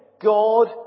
God